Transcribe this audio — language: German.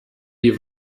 die